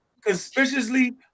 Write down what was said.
conspicuously